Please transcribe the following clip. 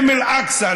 אין אל-אקצא,